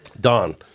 Don